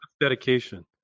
Dedication